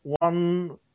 one